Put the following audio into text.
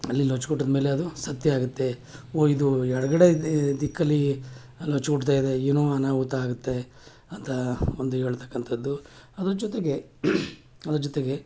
ಅಲ್ಲಿ ಲಚ್ಗುಟ್ಟೋದು ಮೇಲೆ ಅದು ಸತ್ಯ ಆಗುತ್ತೆ ಓ ಇದು ಎಡಗಡೆ ಈ ಈ ದಿಕ್ಕಲ್ಲಿ ಲಚ್ಗುಡ್ತಾ ಇದೆ ಏನೋ ಅನಾಹುತ ಆಗುತ್ತೆ ಅಂಥ ಒಂದು ಹೇಳ್ತಕ್ಕಂಥದ್ದು ಅದ್ರ ಜೊತೆಗೆ ಅದ್ರ ಜೊತೆಗೆ